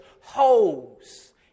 holes